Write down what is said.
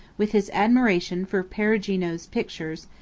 with his admiration for perugino's pictures,